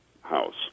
House